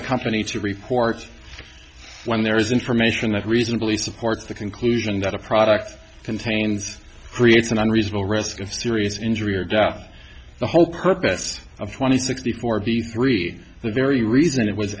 the company to report when there is information that reasonably supports the conclusion that a product contains creates an unreasonable risk of serious injury or death the whole purpose of twenty sixty four of the three the very reason it was